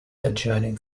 adjoining